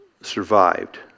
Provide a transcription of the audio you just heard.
survived